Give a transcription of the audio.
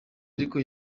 ariko